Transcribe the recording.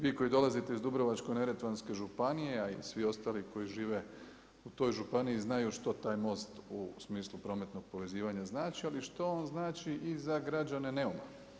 Vi koji dolazite iz Dubrovačko-neretvanske županije, a i svi ostali koji žive u toj županiji znaju što taj most u smislu prometnog povezivanja znači, ali što on znači i za građane Neuma.